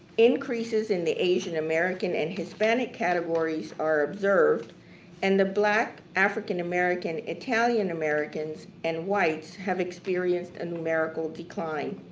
increases in the asian-american and hispanic categories are observed and the black african-american, italian-americans and white have experience a numerical decline.